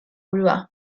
burua